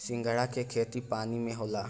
सिंघाड़ा के खेती पानी में होला